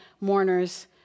mourners